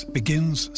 begins